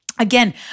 Again